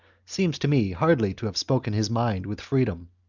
seems to me hardly to have spoken his mind with freedom.